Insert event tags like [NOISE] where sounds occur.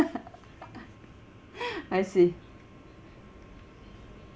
[LAUGHS] I see